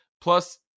plus